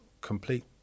complete